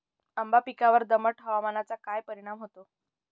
आंबा पिकावर दमट हवामानाचा काय परिणाम होतो?